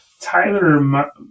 Tyler